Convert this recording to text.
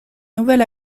nouvel